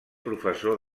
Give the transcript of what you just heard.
professor